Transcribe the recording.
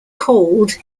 called